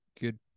good